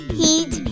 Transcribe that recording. heat